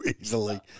easily